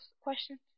questions